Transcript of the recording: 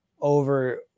over